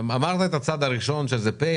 אמרנו את הצעד הראשון שזה pay,